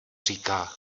říká